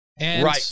Right